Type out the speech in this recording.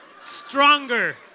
Stronger